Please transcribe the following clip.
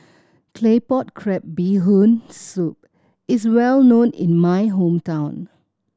Claypot Crab Bee Hoon Soup is well known in my hometown